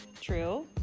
true